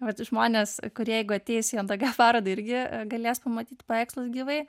vat žmonės kurie jeigu ateis į ndg parodą irgi galės pamatyt paveikslą gyvai